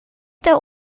der